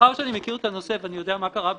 מאחר שאני מכיר את הנושא ואני יודע מה קרה בארה"ב,